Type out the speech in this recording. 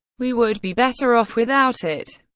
we would be better off without it.